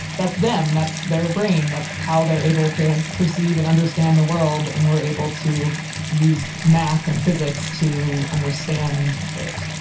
that's them. that's their brain, that's how they're able to perceive and understand the world, and we're able to use math and physics to understand it